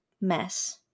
mess